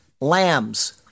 lambs